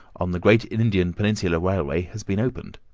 on the great indian peninsula railway, has been opened.